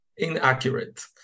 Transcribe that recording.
Inaccurate